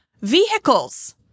vehicles